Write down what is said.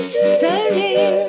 stirring